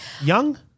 Young